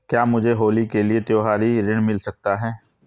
क्या मुझे होली के लिए त्यौहारी ऋण मिल सकता है?